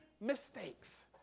mistakes